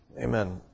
Amen